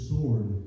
sword